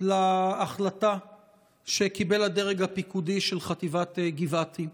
להחלטה שקיבל הדרג הפיקודי של חטיבת גבעתי.